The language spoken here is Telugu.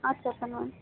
చెప్పండి మేడం